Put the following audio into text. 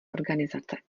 organizace